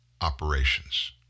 operations